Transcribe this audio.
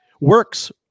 works